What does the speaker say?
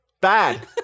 Bad